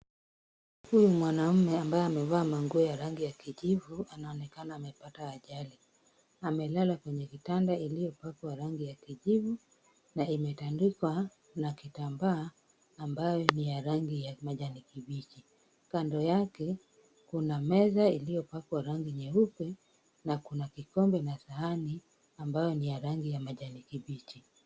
Huyu mwanamume ambaye amevaa manguo za rangi ya kijivu anaonekana amepata ajali. Amelala kwenye kitanda iliyopakwa rangi ya kijivu na imetandikwa na kitambaa ambayo ni ya rangi ya majani kibichi. Kando yake kuna meza iliyopakwa rangi nyeupe na kuna kikombe na sahani ambayo ni ya rangi ya majani kibichi.